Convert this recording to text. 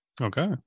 Okay